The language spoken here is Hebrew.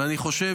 ואני חושב